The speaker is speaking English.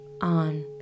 on